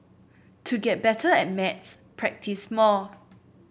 to get better at maths practise more